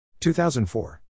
2004